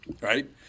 right